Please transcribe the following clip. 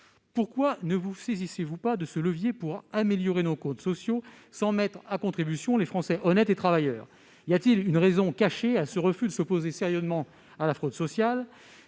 pourquoi ne vous saisissez-vous pas de ce levier pour améliorer nos comptes sociaux sans mettre à contribution les Français honnêtes et travailleurs ? Y a-t-il une raison cachée à ce refus de s'opposer sérieusement à la fraude sociale ?